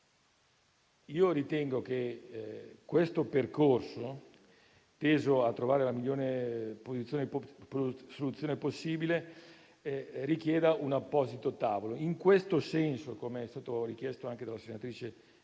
Ritengo che questo percorso, teso a individuare la migliore soluzione possibile, richieda un apposito tavolo. In questo senso, come è stato chiesto anche dalla senatrice